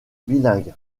bilingue